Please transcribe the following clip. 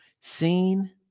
Seen